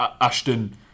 Ashton